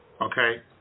Okay